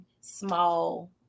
small